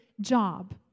job